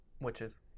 Witches